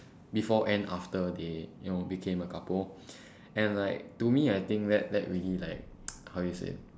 before and after they you know become a couple and like to me I think that that really like how to say